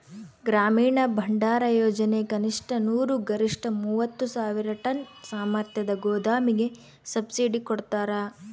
ಗ್ರಾಮೀಣ ಭಂಡಾರಯೋಜನೆ ಕನಿಷ್ಠ ನೂರು ಗರಿಷ್ಠ ಮೂವತ್ತು ಸಾವಿರ ಟನ್ ಸಾಮರ್ಥ್ಯದ ಗೋದಾಮಿಗೆ ಸಬ್ಸಿಡಿ ಕೊಡ್ತಾರ